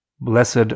Blessed